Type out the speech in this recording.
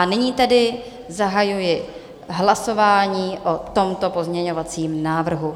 Nyní tedy zahajuji hlasování o tomto pozměňovacím návrhu.